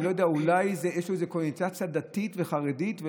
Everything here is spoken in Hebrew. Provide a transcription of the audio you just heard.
אולי יש איזו קונוטציה דתית וחרדית,